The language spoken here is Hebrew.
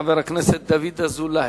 חבר הכנסת דוד אזולאי,